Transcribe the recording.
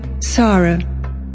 Sarah